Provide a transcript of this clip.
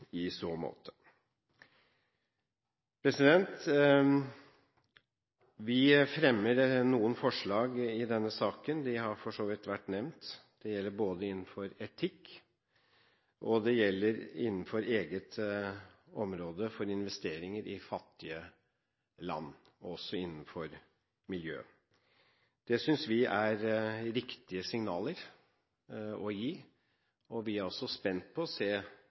i så måte. Vi fremmer noen forslag i denne saken, de har for så vidt allerede vært nevnt. Det gjelder både innenfor etikk, innenfor eget område for investeringer i fattige land og også innenfor miljø. Det synes vi er riktige signaler å gi, og vi er også spent på å se